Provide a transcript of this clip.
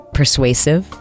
persuasive